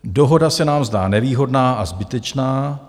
Dohoda se nám zdá nevýhodná a zbytečná.